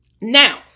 Now